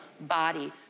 body